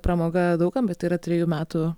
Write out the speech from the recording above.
pramoga daug kam bet tai yra trejų metų